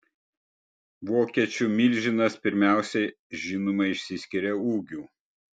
vokiečių milžinas pirmiausia žinoma išsiskiria ūgiu